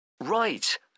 Right